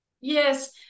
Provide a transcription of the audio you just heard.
Yes